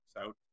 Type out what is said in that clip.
out